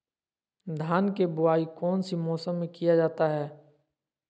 धान के बोआई कौन सी मौसम में किया जाता है?